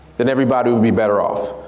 then everybody will be better off.